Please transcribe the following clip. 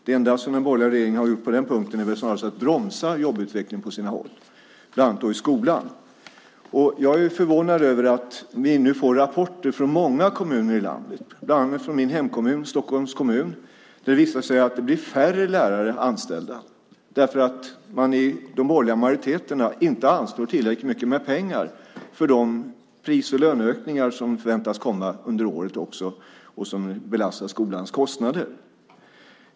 Det enda som den borgerliga regeringen har gjort på den punkten är väl snarast att bromsa jobbutvecklingen på sina håll, bland annat i skolan. Jag är förvånad över att vi nu får rapporter från många kommuner i landet, bland annat från min hemkommun, Stockholms kommun, om att det visar sig att det blir färre lärare anställda därför att de borgerliga majoriteterna inte anslår tillräckligt mycket pengar för de pris och löneökningar som förväntas komma under året och som belastar skolans kostnader.